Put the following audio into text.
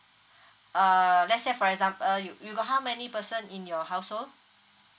uh let's say for exam~ uh you you got how many person in your household